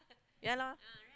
ya lor